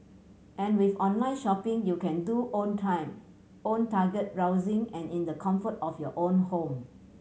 and with online shopping you can do own time own target browsing and in the comfort of your own home